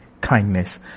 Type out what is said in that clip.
kindness